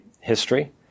history